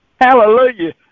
Hallelujah